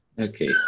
Okay